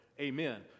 Amen